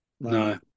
No